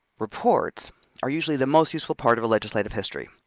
reports are usually the most useful part of a legislative history.